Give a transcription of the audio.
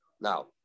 now